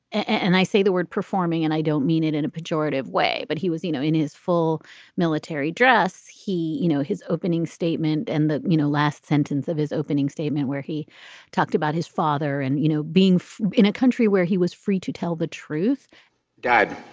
and i say the word performing and i don't mean it in a pejorative way, but he was, you know, in his full military dress. he you know, his opening statement and the last sentence of his opening statement where he talked about his father and, you know, being in a country where he was free to tell the truth dad.